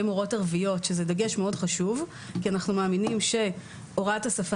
מורות ערביות שזה דגש מאוד חשוב כי אנחנו מאמינים שהוראת השפה